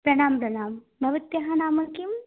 प्रणामः प्रणामः भवत्याः नाम किम्